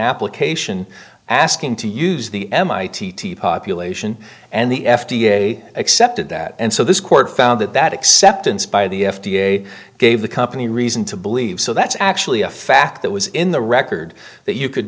application asking to use the mit population and the f d a accepted that and so this court found that that acceptance by the f d a gave the company reason to believe so that's actually a fact that was in the record that you could